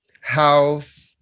house